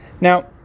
Now